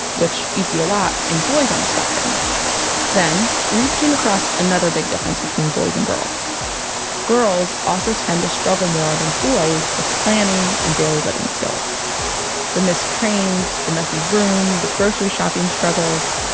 which you see a lot in boys on the spectrum then, reese came across another big difference between boys and girls girls also tend to struggle more than boys with planning and daily living skills the missed trains, the messy room, the grocery shopping struggles,